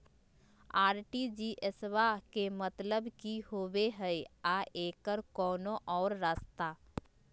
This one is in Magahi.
आर.टी.जी.एस बा के मतलब कि होबे हय आ एकर कोनो और रस्ता?